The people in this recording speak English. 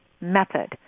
method